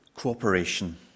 Cooperation